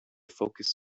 focus